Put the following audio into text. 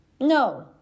No